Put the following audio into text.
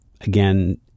again